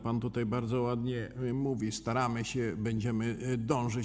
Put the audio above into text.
Pan tutaj bardzo ładnie mówi: staramy się, będziemy dążyć.